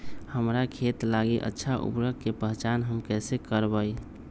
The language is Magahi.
हमार खेत लागी अच्छा उर्वरक के पहचान हम कैसे करवाई?